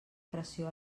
pressió